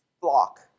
block